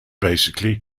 basically